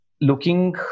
looking